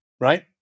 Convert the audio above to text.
right